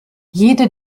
jede